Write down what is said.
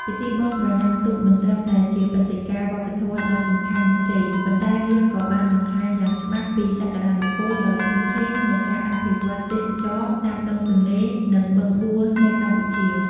ពិធីបុណ្យប្រណាំងទូកមិនត្រឹមតែជាព្រឹត្តិការណ៍វប្បធម៌ដ៏សំខាន់នោះទេ ប៉ុន្តែវាក៏បានបង្ហាញយ៉ាងច្បាស់ពីសក្ដានុពលដ៏ធំធេងនៃការអភិវឌ្ឍទេសចរណ៍តាមដងទន្លេ និងបឹងបួនៅកម្ពុជា។